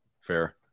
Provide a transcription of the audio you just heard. Fair